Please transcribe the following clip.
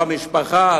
למשפחה,